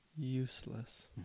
Useless